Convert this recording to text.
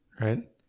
Right